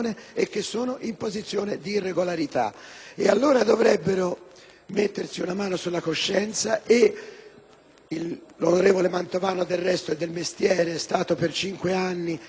l'onorevole Mantovano del resto è del mestiere perché è stato per cinque anni, e lo è di nuovo, in un posto cruciale al Ministero dell'interno - e riconoscere che